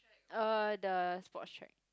uh the sports track